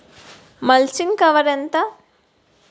Mulching cover ఎంత?